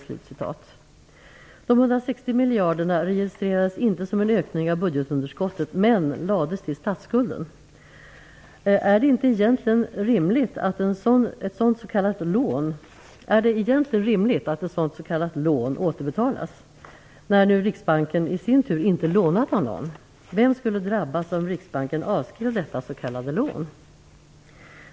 Dessa 160 miljarder registrerades inte som en ökning av budgetunderskottet men lades till statsskulden. Är det egentligen rimligt att ett sådant s.k. lån återbetalas när nu Riksbanken i sin tur inte lånade av någon? Vem skulle drabbas om Riksbanken avskrev detta s.k. lån?